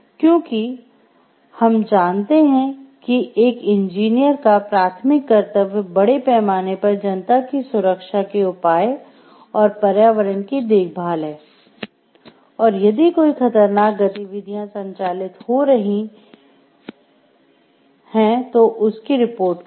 क्योंकि हम जानते है कि एक इंजीनियर का प्राथमिक कर्तव्य बड़े पैमाने पर जनता की सुरक्षा के उपाय और पर्यावरण की देखभाल है और यदि कोई खतरनाक गतिविधियाँ संचालित हो रही तो उसकी रिपोर्ट करे